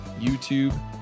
YouTube